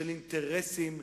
של אינטרסים,